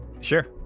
Sure